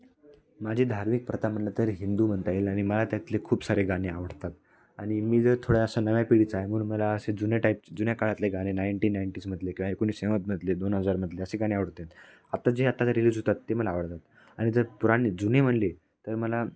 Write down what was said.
माझे धार्मिक प्रथा म्हटलं तर हिंदू म्हणता येईल आ आणि मला त्यातले खूप सारे गाणी आवडतात आणि मग जर थोड्या असा नव्या पिढीचा आ आहे म्हणून मला असे जुन्या टाइप जुन्या काळातले गाणे नाईंटी नाईंटीजमधले किंवा एकोणीसशे नव्वदमधले दोन हजारमधले असे गाणे आवडतात आता जे आताचा रिलीज होतात ते मला आवडतात आणि जर पुराणे जुने म्हटले तर मला